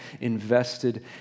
invested